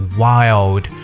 wild